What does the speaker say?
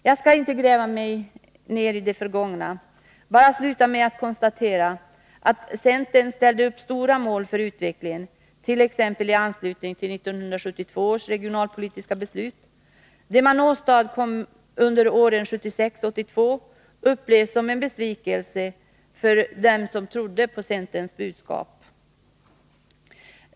Jag skall inte gräva mer i det förgångna. Jag vill bara sluta med att konstatera att centern ställde upp stora mål för utvecklingen, t.ex. i anslutning till 1972 års regionalpolitiska beslut. Det man åstadkom under åren 1976-1982 upplevs som en besvikelse av dem som trodde på centerns budskap.